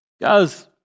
Guys